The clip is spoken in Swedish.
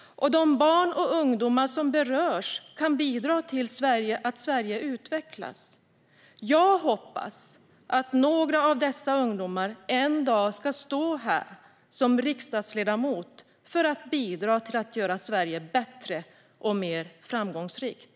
Och de barn och ungdomar som berörs kan bidra till att Sverige utvecklas. Jag hoppas att några av dessa ungdomar en dag ska stå här som riksdagsledamöter, för att bidra till att göra Sverige bättre och mer framgångsrikt.